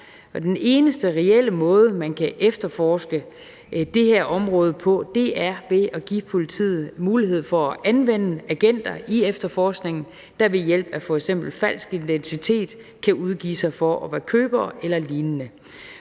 Den eneste reelle måde, man kan efterforske det her område på, er ved at give politiet mulighed for at anvende agenter i efterforskningen, der ved hjælp af f.eks. falsk identitet kan udgive sig for at være købere eller lignende.